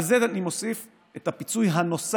על זה אני מוסיף את הפיצוי הנוסף,